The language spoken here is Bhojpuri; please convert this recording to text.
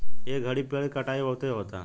ए घड़ी पेड़ के कटाई बहुते होता